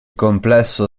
complesso